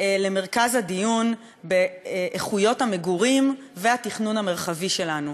למרכז הדיון באיכויות המגורים והתכנון המרחבי שלנו.